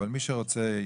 אבל אם מישהו רוצה.